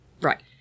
Right